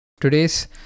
Today's